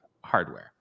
hardware